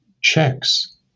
checks